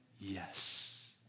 Yes